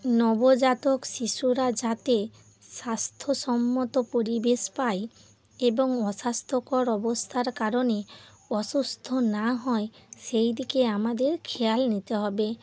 নবজাতক শিশুরা যাতে স্বাস্থ্যসম্মত পরিবেশ পায় এবং অস্বাস্থ্যকর অবস্থার কারণে অসুস্থ না হয় সেই দিকে আমাদের খেয়াল নিতে হবে